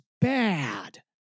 bad